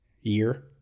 year